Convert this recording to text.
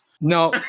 No